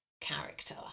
character